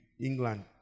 England